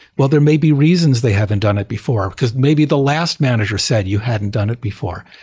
well, there may be reasons they haven't done it before because maybe the last manager said, you hadn't done it before.